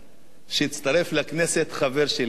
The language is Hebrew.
שהצטרף לכנסת חבר שלי, אחמד דבאח,